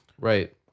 Right